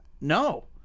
No